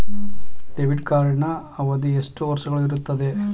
Debit ಕಾರ್ಡಿನ ಅವಧಿ ಎಷ್ಟು ವರ್ಷಗಳು ಇರುತ್ತದೆ?